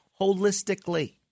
holistically